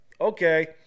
okay